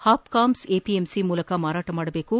ಪಾಪ್ಕಾಮ್ಸ್ ಎಪಿಎಂಸಿಗಳ ಮೂಲಕ ಮಾರಾಟ ಮಾಡಬೇಕು